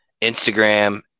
Instagram